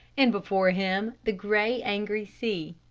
and before him the gray angry sea.